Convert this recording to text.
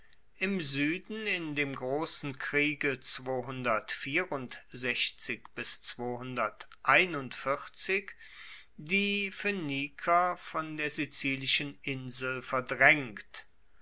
im sueden in dem grossen kriege die phoeniker von der sizilischen insel verdraengt